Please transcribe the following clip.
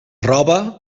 roba